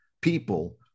people